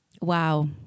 Wow